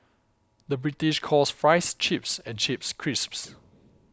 the British calls Fries Chips and Chips Crisps